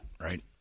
right